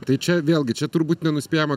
tai čia vėlgi čia turbūt nenuspėjama